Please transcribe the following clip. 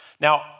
now